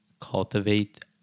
cultivate